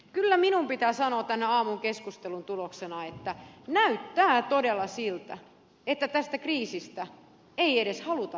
kyllä minun pitää sanoa tämän aamun keskustelun tuloksena että näyttää todella siltä että tästä kriisistä ei edes haluta oppia mitään